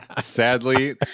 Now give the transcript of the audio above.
Sadly